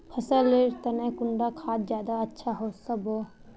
फसल लेर तने कुंडा खाद ज्यादा अच्छा सोबे?